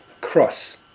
cross